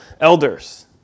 elders